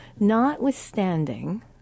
Notwithstanding